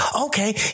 Okay